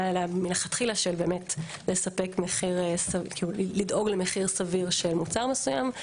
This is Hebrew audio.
אליה מלכתחילה של לדאוג באמת למחיר סביר של מוצר מסוים.